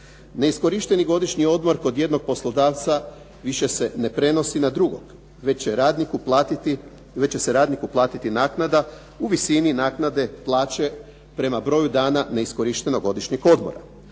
Neiskorišteni godišnji odmor kod jednog poslodavca više se ne prenosi na drugog već će se radniku platiti naknada u visini naknade plaće prema broju dana neiskorištenog godišnjeg odmora.